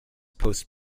post